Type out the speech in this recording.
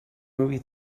movie